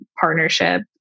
partnership